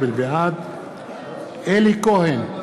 בעד אלי כהן,